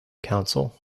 council